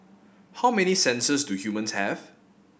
how many senses do humans have